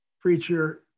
preacher